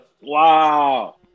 Wow